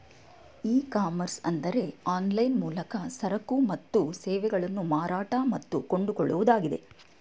E commerce ಅಂದರೆ online ಮೂಲಕ ಸರಕು ಮತ್ತು ಸೇವೆಗಳನ್ನು ಮಾರಾಟ ಮತ್ತು ಕೊಂಡುಕೊಳ್ಳುವುದಾಗಿದೆ